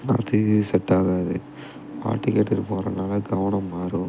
செட்டாகாது பாட்டு கேட்டுகிட்டு போறதுனால கவனம் மாறும்